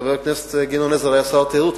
חבר הכנסת גדעון עזרא היה שר התיירות,